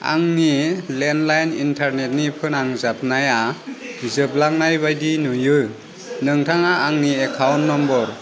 आंनि landline internet नि फोनांजाबनाया जोबलांनाय बायदि नुयो नोंथाङा आंनि एकाउन्ट नम्बर